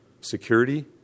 security